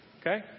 Okay